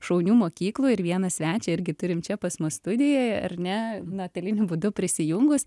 šaunių mokyklų ir vieną svečią irgi turim čia pas mus studijoje ar ne nuotoliniu būdu prisijungus